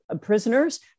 prisoners